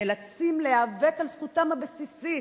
נאלצים להיאבק על זכותם הבסיסית,